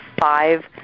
five